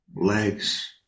legs